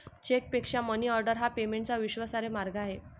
चेकपेक्षा मनीऑर्डर हा पेमेंटचा विश्वासार्ह मार्ग आहे